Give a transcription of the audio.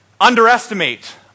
underestimate